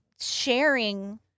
sharing